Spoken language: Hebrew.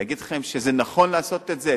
להגיד לכם שזה נכון לעשות את זה?